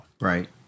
right